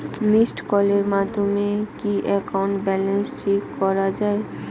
Missed কলের মাধ্যমে কি একাউন্ট ব্যালেন্স চেক করা যায়?